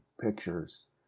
pictures